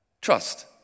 Trust